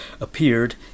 appeared